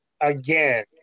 again